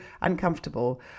uncomfortable